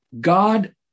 God